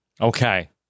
Okay